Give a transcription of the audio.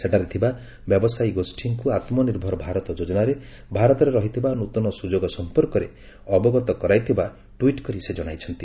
ସେଠାରେ ଥିବା ବ୍ୟବସାୟୀ ଗୋଷୀଙ୍କୁ ଆମ୍ନିର୍ଭର ଭାରତ ଯୋଜନାରେ ଭାରତରେ ରହିଥିବା ନୃତନ ସୁଯୋଗ ସମ୍ପର୍କରେ ଅବଗତ କରାଇଥିବା ଟ୍ୱିଟ୍ କରି ଜଣାଇଛନ୍ତି